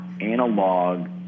analog